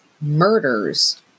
murders